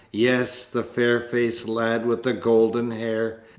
yes, the fair-faced lad with the golden hair!